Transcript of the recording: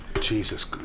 Jesus